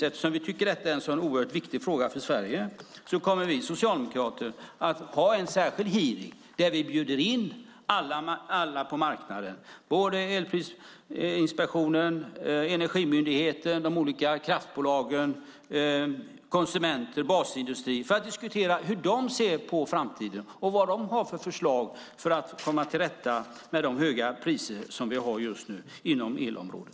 Eftersom vi tycker att detta är en oerhört viktig fråga för Sverige kommer vi socialdemokrater att ha en särskild hearing där vi bjuder in alla på marknaden - elprisinspektionen, Energimyndigheten, de olika kraftbolagen, konsumenter och basindustrin - för att höra hur de ser på framtiden och vad de har för förslag för att man ska komma till rätta med de höga priser som vi har just nu inom elområdet.